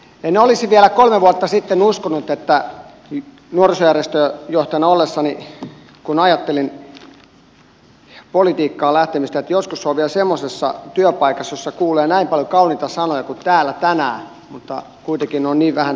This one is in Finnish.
en olisi vielä kolme vuotta sitten uskonut nuorisojärjestöjohtajana ollessani kun ajattelin politiikkaan lähtemistä että joskus olen vielä semmoisessa työpaikassa jossa kuulee näin paljon kauniita sanoja kuin täällä tänään mutta kuitenkin on niin vähän tekoja sen eteen